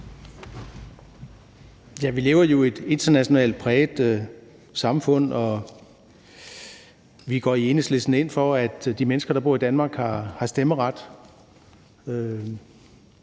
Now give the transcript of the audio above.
Vi lever jo i et internationalt præget samfund, og vi går i Enhedslisten ind for, at de mennesker, der bor i Danmark, har stemmeret.